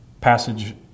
passage